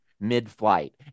Mid-Flight